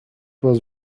was